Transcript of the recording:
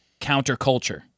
counterculture